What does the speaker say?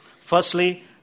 Firstly